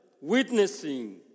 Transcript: witnessing